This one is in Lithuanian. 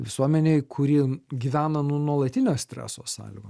visuomenei kuri gyvena nu nuolatinio streso sąlygom